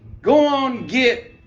go on, git,